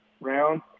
round